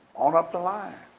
on up the line.